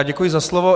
Děkuji za slovo.